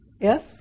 yes